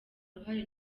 ruhare